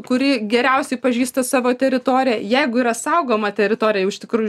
kuri geriausiai pažįsta savo teritoriją jeigu yra saugoma teritorija jau iš tikrųjų